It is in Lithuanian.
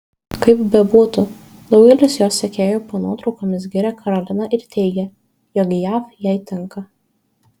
kaip bebūtų daugelis jos sekėjų po nuotraukomis giria karoliną ir teigia jog jav jai tinka